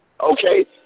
okay